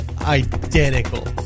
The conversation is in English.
Identical